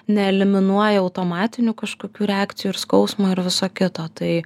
neeliminuoja automatinių kažkokių reakcijų ir skausmo ir viso kito tai